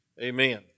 Amen